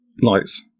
Lights